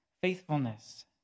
faithfulness